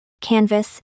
canvas